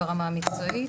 ברמה המקצועית.